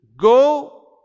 Go